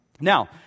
Now